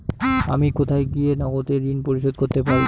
আমি কোথায় গিয়ে নগদে ঋন পরিশোধ করতে পারবো?